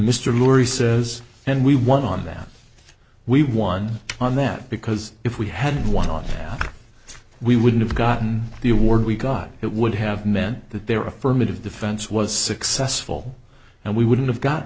mr lurie says and we won on that we won on that because if we had won on that we wouldn't have gotten the award we got it would have meant that they were affirmative defense was successful and we wouldn't have gotten